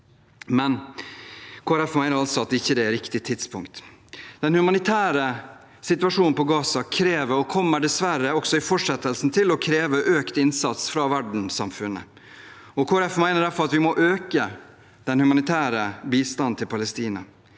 mener altså at det ikke er riktig tidspunkt. Den humanitære situasjonen i Gaza krever, og kommer dessverre også i fortsettelsen til å kreve, økt innsats fra verdenssamfunnet. Kristelig Folkeparti mener derfor at vi må øke den humanitære bistanden til Palestina.